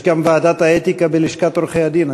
יש גם ועדת האתיקה בלשכת עורכי-הדין,